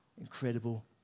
incredible